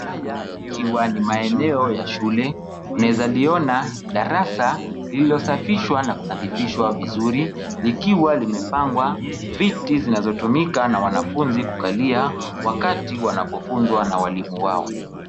Haya yakiwa ni maeneo ya shule, tunaezaliona darasa lililosafishwa na kunadhifishwa vizuri likiwa limepangwa, viti zinazotumika na wanafunzi kukalia wakati wanapofunzwa na walimu wao.